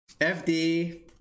FD